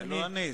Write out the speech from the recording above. זה לא אני.